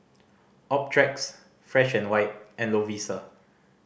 Optrex Fresh and White and Lovisa